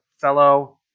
fellow